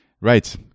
Right